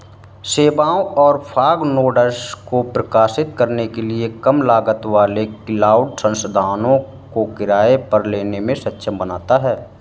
सेवाओं और fog nodes को प्रकाशित करने के लिए कम लागत वाले क्लाउड संसाधनों को किराए पर लेने में सक्षम बनाता है